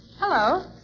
Hello